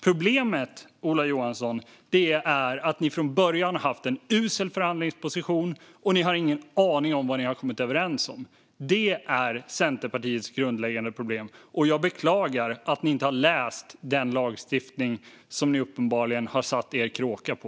Problemet, Ola Johansson, är att ni från början har haft en usel förhandlingsposition och att ni inte har en aning om vad ni har kommit överens om. Det är Centerpartiets grundläggande problem, och jag beklagar att ni inte har läst den lagstiftning ni uppenbarligen har satt er kråka på.